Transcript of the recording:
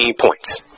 points